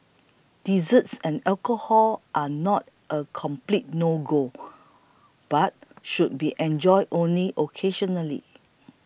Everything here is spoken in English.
desserts and alcohol are not a complete no go but should be enjoyed only occasionally